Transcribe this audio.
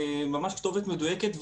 ממש כתובת מדויקת,